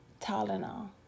Tylenol